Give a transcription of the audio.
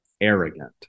arrogant